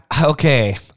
Okay